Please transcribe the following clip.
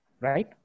right